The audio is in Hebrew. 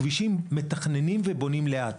כגבישים מתכננים ובונים לאט